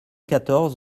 quatorze